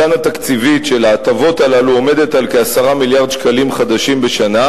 התקציבית של ההטבות הללו עומדת על כ-10 מיליארד שקלים חדשים בשנה,